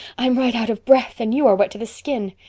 i'm right out of breath and you are wet to the skin.